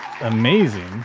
amazing